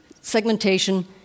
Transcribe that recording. segmentation